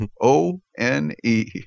O-N-E